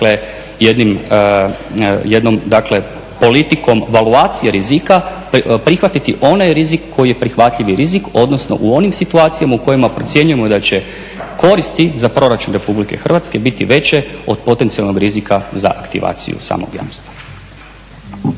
jednom politikom evaluacije rizika prihvatiti onaj rizik koji je prihvatljivi rizik odnosno u onim situacijama u kojima procjenjujemo da će koristi za proračun RH biti veće od potencijalnog rizika za aktivaciju samog jamstva.